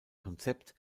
konzept